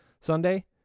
Sunday